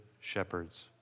shepherds